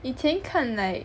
以前看 like